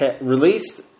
released